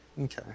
Okay